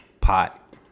Pot